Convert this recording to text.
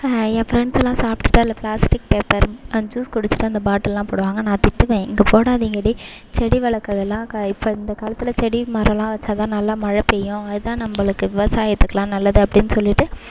என் ஃப்ரெண்செலாம் சாப்பிட்டுட்டு அதில் பிளாஸ்டிக் பேப்பர் அந்த ஜூஸ் குடிச்சுட்டு அந்த பாட்டிலெல்லாம் போடுவாங்க நான் திட்டுவேன் இங்கே போடாதிங்கடி செடி வளர்க்குறதெலாம் க இப்போ இந்த காலத்தில் செடி மரமெலாம் வைச்சாதான் நல்லா மழை பெய்யும் அதுதான் நம்மளுக்கு விவசாயத்துக்கெலாம் நல்லது அப்படினு சொல்லிட்டு